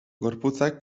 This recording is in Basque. gorputzak